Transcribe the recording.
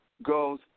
Goes